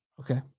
Okay